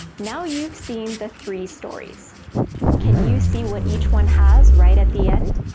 now you've seen the three stories can you see what each one has right at the end?